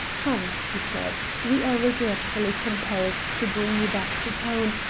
come, he said, we are regretfully compelled to bring you back to town,